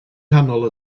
nghanol